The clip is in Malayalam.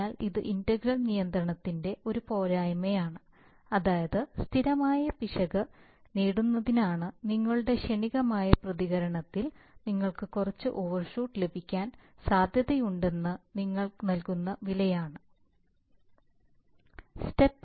അതിനാൽ ഇത് ഇന്റഗ്രൽ നിയന്ത്രണത്തിന്റെ ഒരു പോരായ്മയാണ് അതായത് സ്ഥിരമായ പിശക് നേടുന്നതിനാണ് നിങ്ങളുടെ ക്ഷണികമായ പ്രതികരണത്തിൽ നിങ്ങൾക്ക് കുറച്ച് ഓവർഷൂട്ട് ലഭിക്കാൻ സാധ്യതയുണ്ടെന്ന് നിങ്ങൾ നൽകുന്ന വിലയാണിത്